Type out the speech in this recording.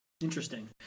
Interesting